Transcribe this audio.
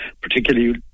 particularly